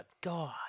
God